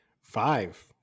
Five